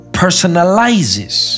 personalizes